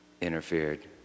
interfered